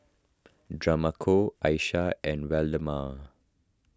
Demarco Aisha and Waldemar